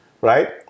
right